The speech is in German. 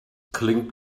klingt